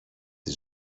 της